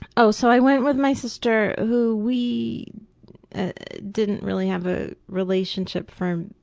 oh, so i went with my sister who, we didn't really have a relationship for,